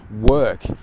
work